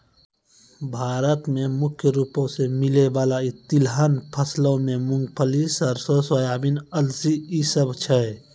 भारत मे मुख्य रूपो से मिलै बाला तिलहन फसलो मे मूंगफली, सरसो, सोयाबीन, अलसी इ सभ छै